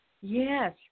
Yes